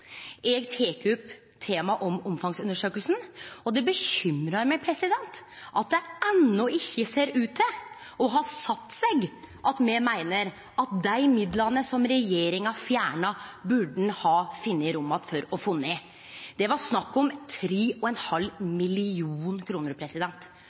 eg tek opp temaet omfangsundersøkinga, og det uroar meg at det enno ikkje ser ut til å ha sett seg at me meiner at dei midlane som regjeringa fjerna, burde ein ha funne rom for å finne att. Det var snakk om